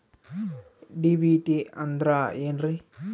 DBT ಅಂದ್ರ ಏನ್ರಿ?